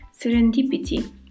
serendipity